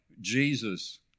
Jesus